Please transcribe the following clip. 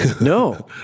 no